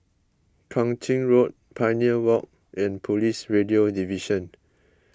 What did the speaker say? Kang Ching Road Pioneer Walk and Police Radio Division